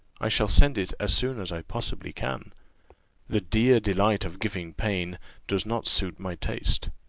i shall send it as soon as i possibly can the dear delight of giving pain does not suit my taste.